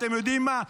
אתם יודעים מה?